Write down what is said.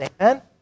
Amen